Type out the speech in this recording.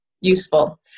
useful